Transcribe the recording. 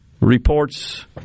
Reports